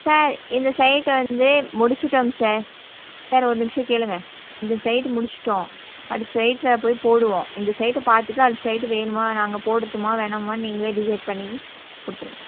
sir இந்த site வந்து முடிச்சி விட்டோங் சார் சார் ஒரு நிமிஷம் கேளுங்கள் இந்த சைட்டு முடிஷ் விட்டோம் அடுத்த சைட்டில் போய் போடுவோம் இந்த சைட்டை பார்த்துட்டு அடுத்த சைட்டு வேணுமா நாங்கள் போடட்டுமா வேணாமா நீங்களே டிசைட் பண்ணி கொடுத்துருங்க